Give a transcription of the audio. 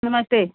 नमस्ते